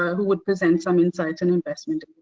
who will present some insights on investment.